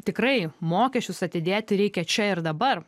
tikrai mokesčius atidėti reikia čia ir dabar